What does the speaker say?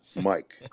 Mike